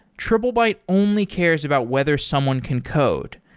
triplebyte only cares about whether someone can code.